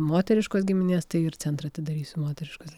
moteriškos giminės tai ir centrą atidarysiu moteriškos